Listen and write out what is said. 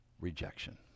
Rejection